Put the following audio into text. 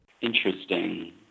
Interesting